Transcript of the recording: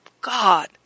God